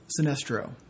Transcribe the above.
Sinestro